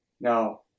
Now